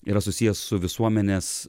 yra susiję su visuomenės